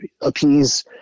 appease